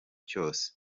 cyose